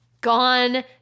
gone